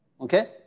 Okay